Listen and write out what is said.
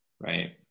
right